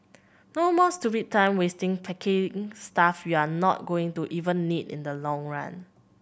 no more stupid time wasting packing stuff you're not going to even need in the long run